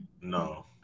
No